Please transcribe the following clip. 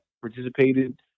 participated